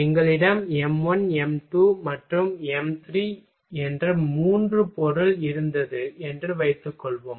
எங்களிடம் m 1 m 2 மற்றும் m 3 என்ற மூன்று பொருள் இருந்தது என்று வைத்துக்கொள்வோம்